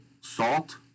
salt